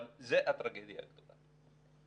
זאת הטרגדיה הגדולה.